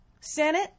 Senate